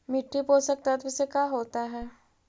मिट्टी पोषक तत्त्व से का होता है?